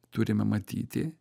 turime matyti